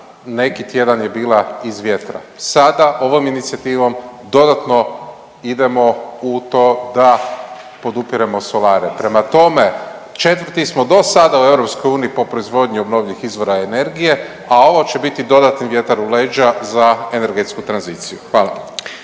neki tjedan je bila iz vjetra. Sada ovom inicijativom dodatno idemo u to da podupiremo solare, prema tome četvrti smo do sada u EU po proizvodnji obnovljivih izvora energije, a ovo će biti dodatni vjetar u leđa za energetsku tranziciju. Hvala.